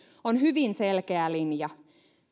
on hyvin selkeä linja